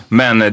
men